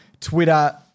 Twitter